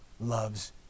loves